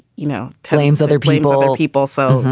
you know, telekom's other people. people, so.